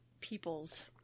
people's